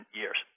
years